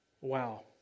wow